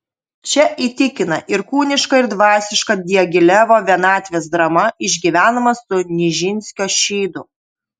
čia įtikina ir kūniška ir dvasiška diagilevo vienatvės drama išgyvenama su nižinskio šydu